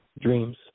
dreams